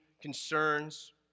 concerns